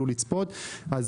שחיילים יוכלו לצפות במשחקים.